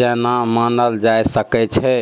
जेना मानल जा सकै छै